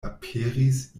aperis